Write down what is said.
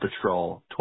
Patrol